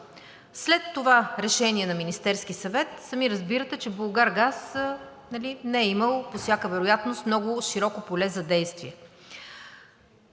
След това решение на Министерския съвет сами разбирате, че „Булгаргаз“ не е имал по всяка вероятност много широко поле за действие.